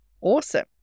awesome